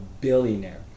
billionaire